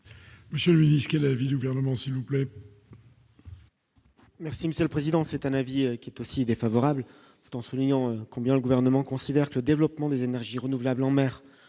Monsieur lui dis ce que est la vie du gouvernement s'il vous plaît. Merci Monsieur le Président, c'est un avis qui est aussi défavorable en soulignant combien le gouvernement considère que le développement des énergies renouvelables en mer